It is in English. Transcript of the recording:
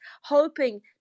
hoping